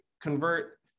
convert